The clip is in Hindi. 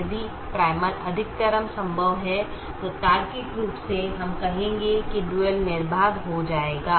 यदि प्राइमल अधिकतमकरण संभव है तो तार्किक रूप से हम कहेंगे कि डुअल निर्बाध हो जाएगा